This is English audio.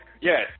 Yes